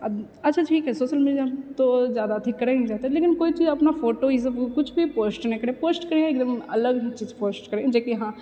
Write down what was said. अच्छा ठीक है सोशल मीडियामे तो जादा अथि करए नहि चाहतै लेकिन कोइ अपना फोटो ई सब किछु भी पोस्ट नहि करही पोस्ट करिहे तऽ एकदम अलग चीज पोस्ट करिहे जेकि हँ